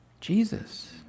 Jesus